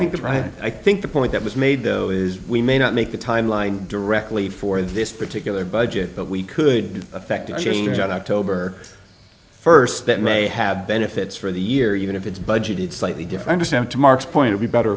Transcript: think is right i think the point that was made though is we may not make a timeline directly for this particular budget but we could affect change on october st that may have benefits for the year even if it's budgeted slightly different to mark's point to be better